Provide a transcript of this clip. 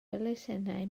elusennau